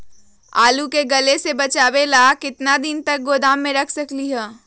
आलू के गले से बचाबे ला कितना दिन तक गोदाम में रख सकली ह?